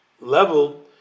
level